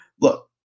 look